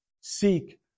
seek